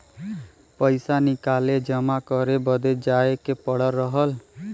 पइसा निकाले जमा करे बदे जाए के पड़त रहल